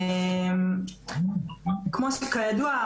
כידוע,